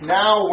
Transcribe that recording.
now